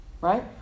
Right